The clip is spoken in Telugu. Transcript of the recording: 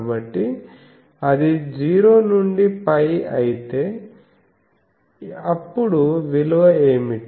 కాబట్టి అది 0 నుండి π అయితే అప్పుడు విలువ ఏమిటి